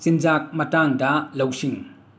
ꯆꯤꯟꯖꯥꯛ ꯃꯇꯥꯡꯗ ꯂꯧꯁꯤꯡ